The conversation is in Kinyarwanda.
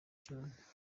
cyane